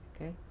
Okay